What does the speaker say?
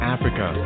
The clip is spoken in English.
Africa